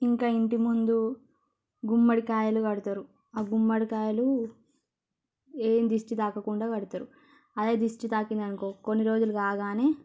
ఇంటి ముందు గుమ్మడికాయలు కడతారు ఆ గుమ్మడికాయలు ఏం దిష్టి తాకకుండా కడతారు అది దిష్టి తాకింది అనుకో కొన్ని రోజులు కాగానే